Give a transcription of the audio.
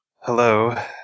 Hello